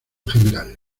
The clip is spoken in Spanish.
general